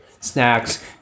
snacks